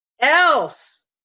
else